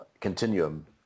continuum